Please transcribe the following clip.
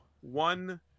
One